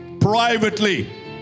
privately